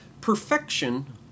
Perfection